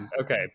Okay